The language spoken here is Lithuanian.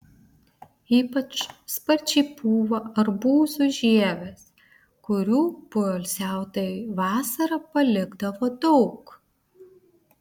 ypač sparčiai pūva arbūzų žievės kurių poilsiautojai vasarą palikdavo daug